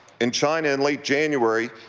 in china in late january,